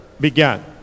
began